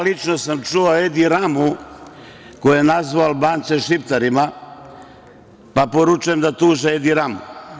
Lično sam čuo Edi Ramu koji je nazvao Albance Šiptarima, pa poručujem da tuže Edi Ramu.